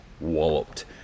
walloped